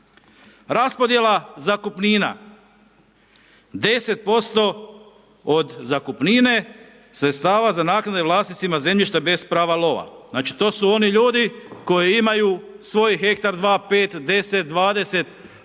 Raspodjela zakupnina, 10% od zakupnine sredstava za naknade vlasnicima zemljišta bez prava lova. Znači to su oni ljudi koji imaju svoj hektar, 2, 5, 10, 20